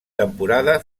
temporada